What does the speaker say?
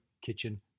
kitchen